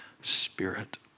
Spirit